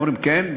אומרים: כן,